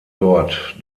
dort